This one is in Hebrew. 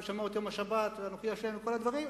ו"שמור את יום השבת" ו"אנוכי השם" וכך הדברים,